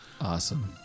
awesome